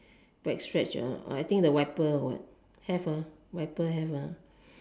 black stretch uh I think the wiper or what have ah wiper have ah